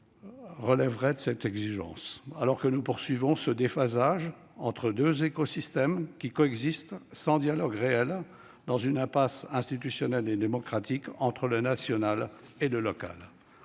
relèverait de cette exigence, alors que nous poursuivons ce déphasage entre deux écosystèmes qui coexistent, sans dialogue réel, dans une impasse institutionnelle et démocratique entre le national et le local.